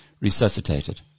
resuscitated